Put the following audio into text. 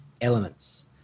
elements